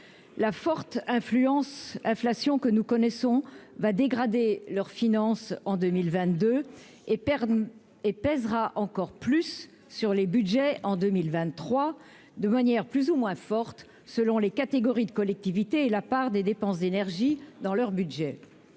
influence inflation que nous connaissons va dégrader leurs finances en 2000 22 et et pèsera encore plus sur les Budgets en 2023, de manière plus ou moins forte selon les catégories de collectivités et la part des dépenses d'énergies dans leur budget,